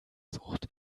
sucht